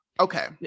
Okay